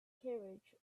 carriage